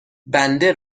بنده